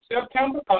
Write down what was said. September